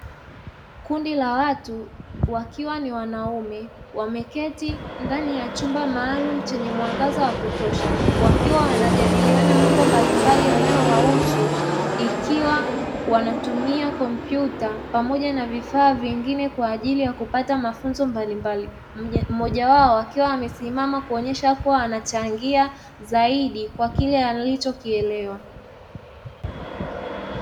Kundi la watu wakiwa ni wanaume wameketi ndani ya chumba maalumu chenye mwangaza wa kutosha wakiwa wanajadiliana mambo mbalimbali yanayowahusu ikiwa wanatumia kompyuta pamoja na vifaa vingine kwa ajili ya kupata mafunzo mbalimbali mmoja wao akiwa amesimama kuonyesha kuwa anachangia zaidi kwa kile alichokielewa.